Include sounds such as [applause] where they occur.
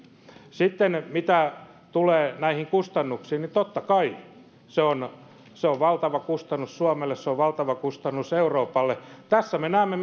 sitten mitä tulee näihin kustannuksiin niin totta kai se on se on valtava kustannus suomelle ja se on valtava kustannus euroopalle tässä me näemme [unintelligible]